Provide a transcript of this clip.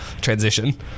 transition